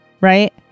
Right